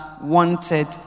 wanted